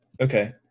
Okay